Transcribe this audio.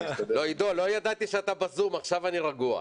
עידו, לא ידעתי שאתה בזום, עכשיו אני רגוע.